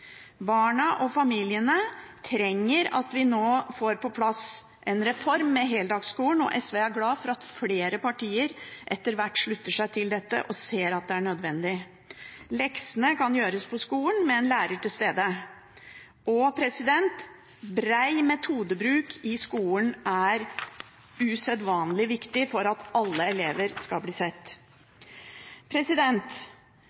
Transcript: Barna og familiene trenger at vi nå får på plass en reform med heldagsskolen, og SV er glad for at flere partier etter hvert slutter seg til dette og ser at det er nødvendig. Leksene kan gjøres på skolen med en lærer til stede. Og bred metodebruk i skolen er usedvanlig viktig for at alle elever skal bli